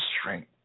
strength